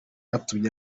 yatumye